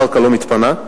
הקרקע לא מתפנה,